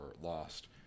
lost